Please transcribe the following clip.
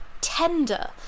tender